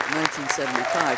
1975